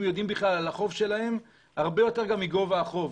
יודעים בכלל על החוב שלהם הרבה יותר מגובה החוב.